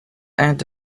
end